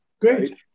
great